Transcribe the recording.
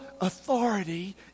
authority